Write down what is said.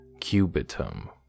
cubitum